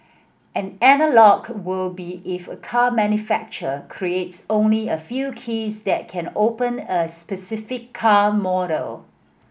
an will be if a car manufacturer creates only a few keys that can open a specific car model